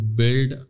build